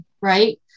right